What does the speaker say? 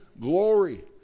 glory